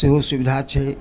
सेहो सुविधा छै